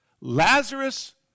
Lazarus